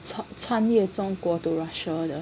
穿越中国 to Russia 的